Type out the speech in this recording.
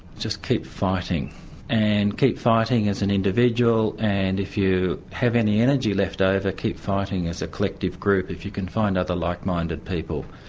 just keep fighting and keep fighting as an individual and if you have any energy left over keep fighting as a collective group if you can find other like minded people.